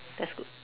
that's good